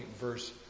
verse